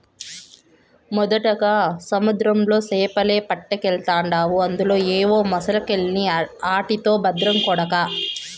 మొదటగా సముద్రంలో సేపలే పట్టకెల్తాండావు అందులో ఏవో మొలసకెల్ని ఆటితో బద్రం కొడకా